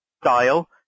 style